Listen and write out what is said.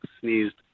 Sneezed